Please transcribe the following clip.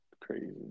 Crazy